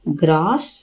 grass